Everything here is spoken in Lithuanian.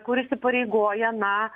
kur įsipareigoja na